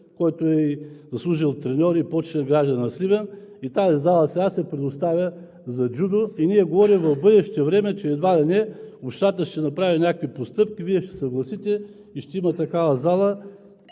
който е и заслужил треньор, и почетен гражданин на Сливен. И тази зала сега се предоставя за джудо. Ние говорим в бъдеще време, че едва ли не Общината ще направи някакви постъпки, а Вие ще се съгласите и ще има такава зала.